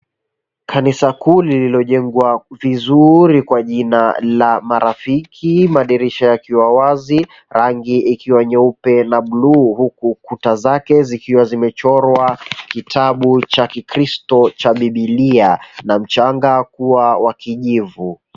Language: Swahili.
Kanisa kuu lilonjengwa vizuri, kwa jina la marafiki madirisha yakiwa wazi, rangi ikiwa nyeupe na buluu huku kuta zake zikiwa zimechorwa kitabu cha kikristo cha bibilia na mchanga kuwa wa kijivu.